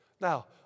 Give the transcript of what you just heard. Now